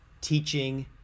teaching